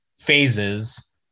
phases